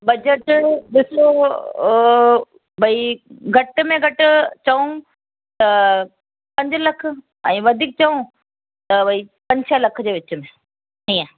budget ॾिसो भाई घटि में घटि चवूं त पंज लख ऐं वधीक चवां त भाई पंज छह लख जे विच में इअं